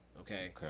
Okay